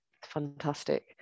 fantastic